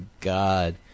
God